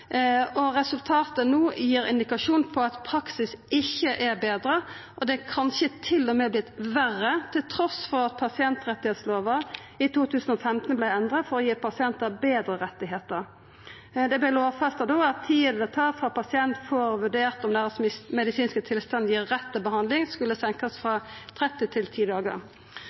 og resultatet no gir indikasjon på at praksisen ikkje er betra – det har kanskje til og med vorte verre, til tross for at pasientrettigheitslova i 2015 vart endra for å gi pasientane betre rettar. Det vart da lovfesta at tida det tar før pasientane får vurdert om deira medisinske tilstand gir rett til behandling, skulle verta senkt frå 30 til 10 dagar.